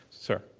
sir.